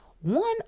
one